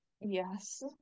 Yes